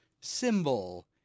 symbol